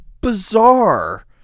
bizarre